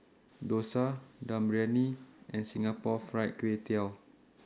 Dosa Dum Briyani and Singapore Fried Kway Tiao